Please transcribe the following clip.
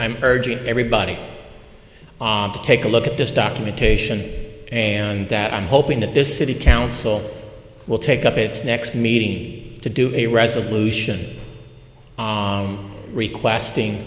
i'm urging everybody to take a look at this documentation and that i'm hoping that this city council will take up its next meeting to do a resolution requesting